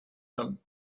them